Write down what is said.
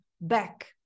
back